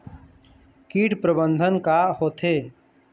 कीट प्रबंधन का होथे?